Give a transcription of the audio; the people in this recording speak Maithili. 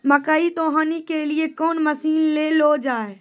मकई तो हनी के लिए कौन मसीन ले लो जाए?